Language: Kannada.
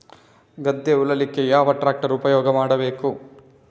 ಗದ್ದೆ ಉಳಲಿಕ್ಕೆ ಯಾವ ಟ್ರ್ಯಾಕ್ಟರ್ ಉಪಯೋಗ ಮಾಡಬೇಕು?